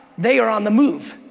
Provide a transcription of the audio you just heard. they are on the move.